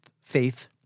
faith